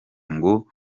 ngo